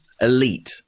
elite